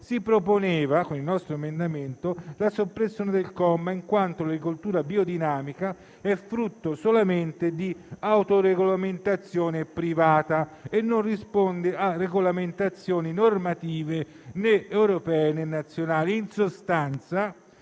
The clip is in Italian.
si proponeva, con il nostro emendamento, la soppressione del comma, in quanto l'agricoltura biodinamica è frutto solamente di autoregolamentazione privata e non risponde a regolamentazioni normative europee, né nazionali.